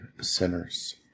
sinners